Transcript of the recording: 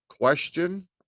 question